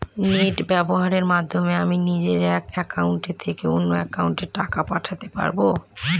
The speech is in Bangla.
নেট ব্যবহারের মাধ্যমে আমি নিজে এক অ্যাকাউন্টের থেকে অন্য অ্যাকাউন্টে টাকা পাঠাতে পারব?